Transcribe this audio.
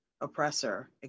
oppressor